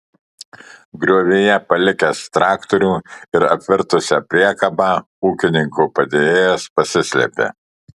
griovyje palikęs traktorių ir apvirtusią priekabą ūkininko padėjėjas pasislėpė